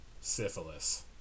syphilis